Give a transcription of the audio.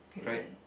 okay then